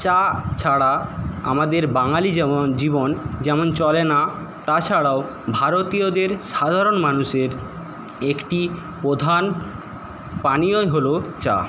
চা ছাড়া আমাদের বাঙালি যেমন জীবন যেমন চলে না তাছাড়াও ভারতীয়দের সাধারণ মানুষের একটি প্রধান পানীয়ই হল চা